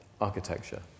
architecture